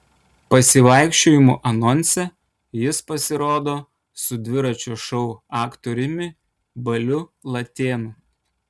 pasivaikščiojimų anonse jis pasirodo su dviračio šou aktoriumi baliu latėnu